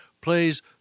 plays